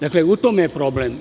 Dakle, u tome je problem.